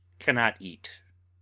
cannot eat,